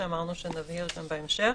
שאמרנו שנדבר על זה בהמשך.